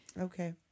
okay